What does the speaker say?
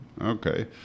Okay